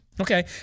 Okay